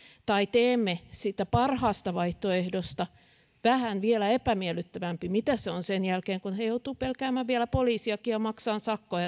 tai teemme siitä parhaasta vaihtoehdosta vielä vähän epämiellyttävämmän mitä se on sen jälkeen kun he joutuvat pelkäämään vielä poliisiakin ja maksamaan sakkoja